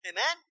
Amen